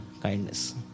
kindness